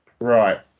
Right